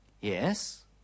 Yes